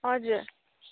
हजुर